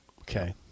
Okay